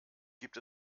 gibt